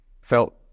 felt